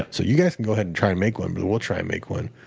so you guys can go ahead and try and make one, but we'll try and make one.